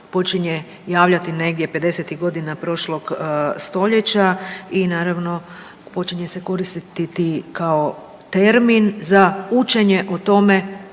počinje javljati negdje 50-tih godina prošlog stoljeća i naravno počinje se koristiti kao termin za učenje o tome